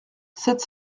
sept